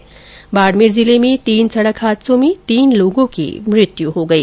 उधर बाडमेर जिले में तीन सडक हादसों में तीन ैलोगों की मत्य हई